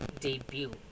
debut